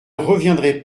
reviendrai